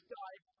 died